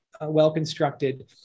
well-constructed